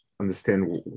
understand